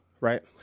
right